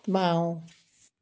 বাওঁ